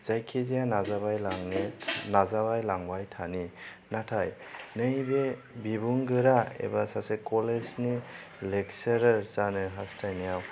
जायखि जाया नाजाबाय लांनो नाजाबाय लांबाय थानि नाथाय नैबे बिबुंगोरा एबा सासे कलेजनि लेगसारार जानो हास्थायनायाव